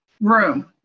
room